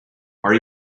are